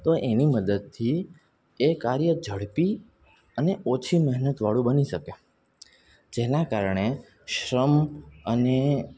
તો એની મદદથી એ કાર્ય ઝડપી અને ઓછી મહેનતવાળું બની શકે જેનાં કારણે શ્રમ અને